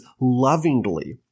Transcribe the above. lovingly